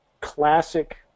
classic